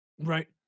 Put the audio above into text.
Right